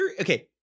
okay